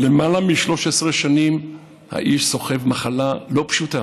שלמעלה מ-13 שנים האיש סוחב מחלה לא פשוטה,